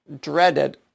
dreaded